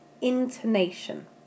intonation